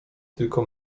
tylko